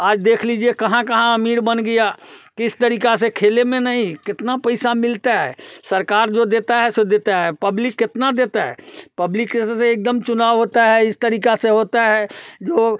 आज देख लीजिए कहाँ कहाँ अमीर बन गया किस तरीक़े से खेले में नहीं कितना पैसा मिलता है सरकार जो देती है सो देती है पब्लिक कितना देती है पब्लिकेशन से एक दम चुनाव होता है इस तरीक़े से होता है जो